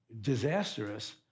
disastrous